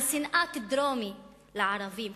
על שנאת דרומי לערבים,